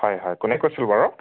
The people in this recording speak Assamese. হয় হয় কোনে কৈছিল বাৰু